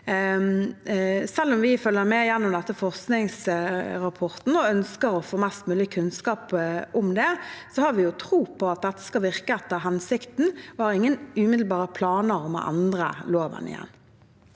Selv om vi følger med gjennom forskningsrapporten og ønsker å få mest mulig kunnskap om det, har vi tro på at dette skal virke etter hensikten. Vi har ingen umiddelbare planer om å endre loven igjen.